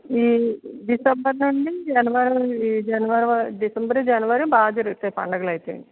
ఈ డిసెంబర్ నుండి జనవరి జనవరి వర డిసెంబర్ జనవరి బాగ జరుగుతాయి పందుగలైతే